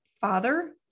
father